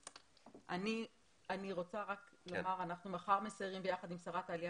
אני רוצה לומר שמחר אנחנו מסיירים ביחד עם שרת העלייה